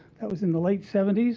that was in the late seventy s.